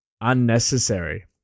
unnecessary